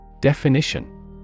Definition